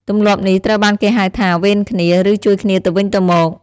ទម្លាប់នេះត្រូវបានគេហៅថា វេនគ្នា ឬ ជួយគ្នាទៅវិញទៅមក។